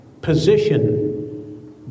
position